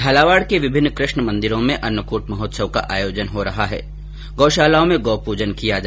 झालावाड़ के विभिन्न कृष्ण मन्दिरों में अन्नकूट महोत्सव का आयोजन हो रहा है और गौशालाओं में गौ पूजन किया गया